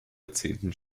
jahrzehnten